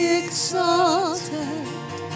exalted